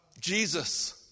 Jesus